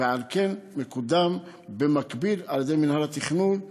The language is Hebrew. ועל כן השינוי הזה יקודם במקביל על-ידי מינהל התכנון.